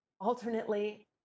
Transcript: alternately